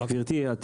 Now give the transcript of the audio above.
גברתי חברת הכנסת,